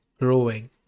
growing